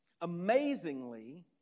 Amazingly